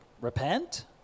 repent